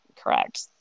correct